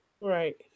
right